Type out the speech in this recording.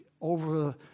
over